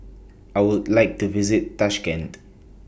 I Would like to visit Tashkent